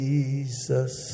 Jesus